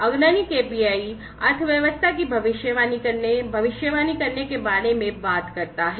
अग्रणी KPI अर्थव्यवस्था की भविष्यवाणी करने भविष्यवाणी करने के बारे में बात करता है